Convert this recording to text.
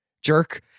jerk